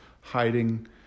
hiding